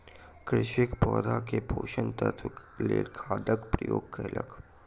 कृषक पौधा के पोषक तत्वक लेल खादक उपयोग कयलक